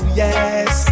yes